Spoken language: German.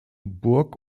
burg